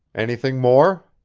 anything more?